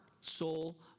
soul